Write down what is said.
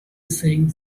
saying